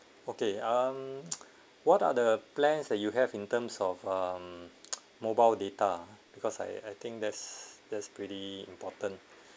okay um what are the plans that you have in terms of um mobile data because I I think that's that's pretty important